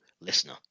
listener